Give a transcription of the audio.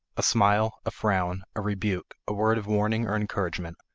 a smile, a frown, a rebuke, a word of warning or encouragement,